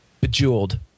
Bejeweled